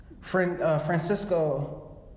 Francisco